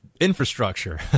infrastructure